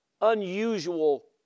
unusual